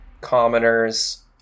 commoners